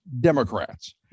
Democrats